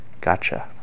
Gotcha